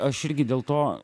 aš irgi dėl to